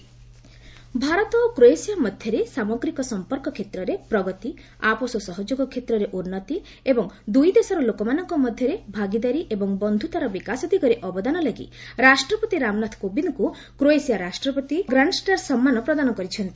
ପ୍ରେଜ୍ ଭିଜିଟ୍ ଭାରତ ଓ କ୍ରୋଏସିଆ ମଧ୍ୟରେ ସାମଗ୍ରିକ ସଂପର୍କ କ୍ଷେତ୍ରରେ ପ୍ରଗତି ଆପୋଷ ସହଯୋଗ କ୍ଷେତ୍ରରେ ଉନ୍ତି ଏବଂ ଦୂଇ ଦେଶର ଲୋକମାନଙ୍କ ମଧ୍ୟରେ ଭାଗିଦାରୀ ଏବଂ ବନ୍ଧ୍ରତାର ବିକାଶ ଦିଗରେ ଅବଦାନ ଲାଗି ରାଷ୍ଟ୍ରପତି ରାମନାଥ କୋବିନ୍ଦଙ୍କୁ କ୍ରୋଏସିଆ ରାଷ୍ଟ୍ରପତି ଗ୍ରାଣ୍ଡଷ୍ଟାର୍ ସମ୍ମାନ ପ୍ରଦାନ କରିଛନ୍ତି